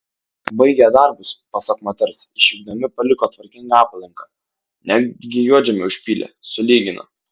baigę darbus pasak moters išvykdami paliko tvarkingą aplinką netgi juodžemį užpylė sulygino